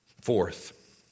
fourth